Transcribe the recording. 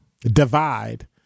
divide